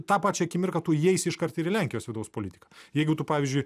tą pačią akimirką tu įeisi iškart ir į lenkijos vidaus politiką jeigu tu pavyzdžiui